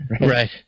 Right